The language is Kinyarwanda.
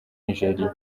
nigeria